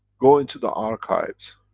go into the archives.